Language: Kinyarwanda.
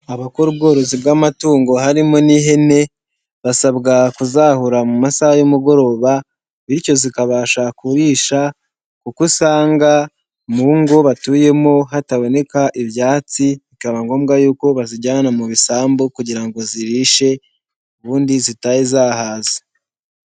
Abakora ubworozi bw'amatungo harimo n'ihene, basabwa kuzahura mu masaha y'umugoroba, bityo zikabasha kurisha kuko usanga mu ngo batuyemo hataboneka ibyatsi, bikaba ngombwa yuko bazijyana mu bisambu kugira ngo zirishe, ubundi zitahe zahaze.